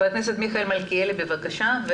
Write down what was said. ח"כ מיכאל מלכיאלי בבקשה.